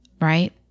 right